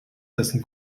dessen